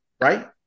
Right